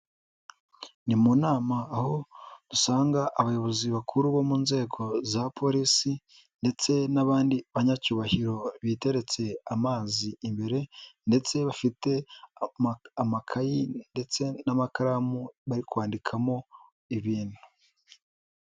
Ni mu nama aho dusanga abayobozi bakuru bo mu nzego za polisi ndetse n'abandi banyacyubahiro biteretse amazi imbere ndetse bafite amakayi ndetse n'amakaramu bari kwandikamo ibintu.